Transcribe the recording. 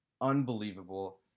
unbelievable